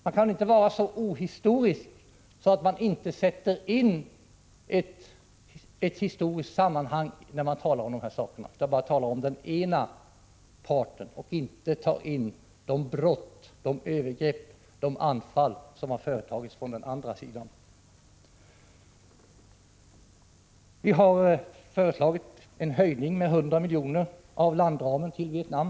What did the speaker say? Man kan inte låta bli att se de historiska sammanhangen här, i stället för att bara tala om den ena parten och inte ta med de brott, övergrepp och anfall som företagits från den andra sidan. Vi har föreslagit en höjning med 100 milj.kr. av landramen till Vietnam.